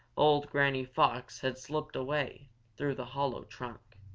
old granny fox had slipped away through the hollow trunk.